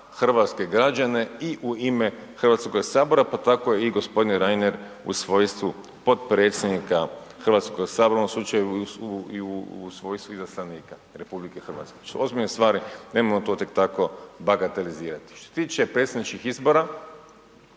hrvatske građane i u ime Hrvatskoga sabora, pa tako i gospodin Reiner u svojstvu potpredsjednika Hrvatskoga sabora u ovom slučaju i u svojstvu izaslanika RH, znači ozbiljne stvari nemojmo to tek tako bagatelizirati. Što se tiče predsjedničkih izbora